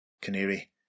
Canary